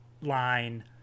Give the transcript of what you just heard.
Line